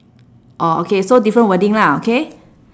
orh okay so different wording lah okay